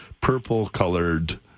purple-colored